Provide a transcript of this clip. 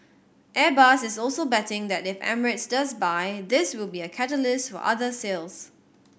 Airbus is also betting that if Emirates does buy this will be a catalyst for other sales